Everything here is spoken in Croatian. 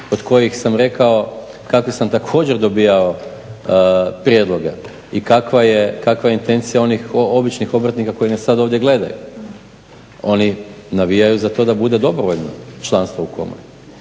od kojih sam rekao kakve sam također dobivao prijedloge i kakva je intencija onih običnih obrtnika koji nas sad ovdje gledaju, oni navijaju za to da bude dobrovoljno članstvo u komori.